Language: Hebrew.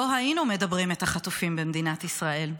לא היינו מדברים את החטופים במדינת ישראל,